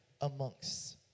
amongst